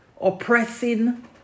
oppressing